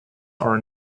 are